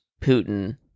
Putin